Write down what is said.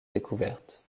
découverte